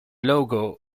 logo